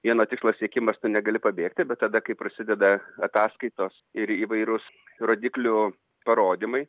vieno tikslo siekimas tu negali pabėgti bet tada kai prasideda ataskaitos ir įvairūs rodiklių parodymai